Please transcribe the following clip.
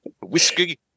whiskey